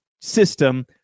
system